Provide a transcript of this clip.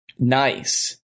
Nice